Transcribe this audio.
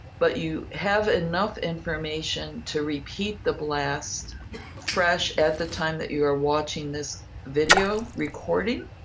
but you have enough information to repeat the blast fresh at the time that you are watching this video recording.